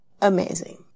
Amazing